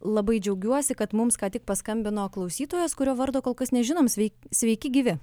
labai džiaugiuosi kad mums ką tik paskambino klausytojas kurio vardo kol kas nežinom svei sveiki gyvi